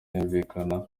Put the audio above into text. yumvikana